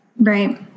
Right